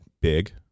big